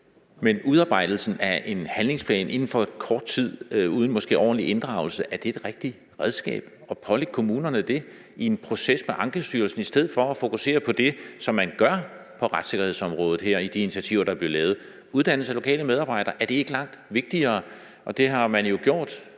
er udarbejdelsen af en handlingsplan inden for kort tid, måske uden ordentlig inddragelse, det rigtige redskab at pålægge kommunerne i en proces med Ankestyrelsen i stedet for at fokusere på det, som man gør på retssikkerhedsområdet her i de initiativer, der er blevet lavet? Er uddannelse af lokale medarbejdere ikke langt vigtigere? Det har man jo gjort.